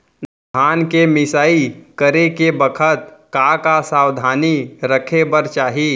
धान के मिसाई करे के बखत का का सावधानी रखें बर चाही?